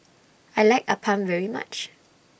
I like Appam very much